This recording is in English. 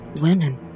women